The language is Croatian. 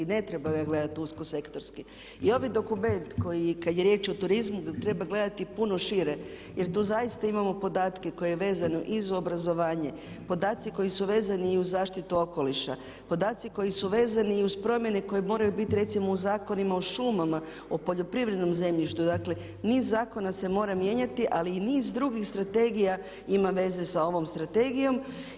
Ne treba ga gledati usko sektorski i ovi dokument kad je riječ o turizmu treba gledati puno šire jer to zaista imamo podatke koje je vezano i za obrazovanje, podaci koji su vezani i uz zaštitu okoliša, podaci koji su vezani i uz promjene koje moraju biti recimo u Zakonima o šumama, o poljoprivrednom zemljištu, dakle niz zakona se mora mijenjati ali i niz drugih strategija ima veze sa ovom strategijom.